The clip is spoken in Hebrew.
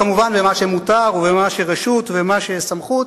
כמובן במה שמותר ובמה שברשות ובמה שבסמכות,